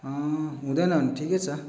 हुँदैन भने ठिकै छ